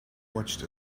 watched